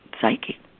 psyche